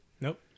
nope